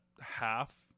Half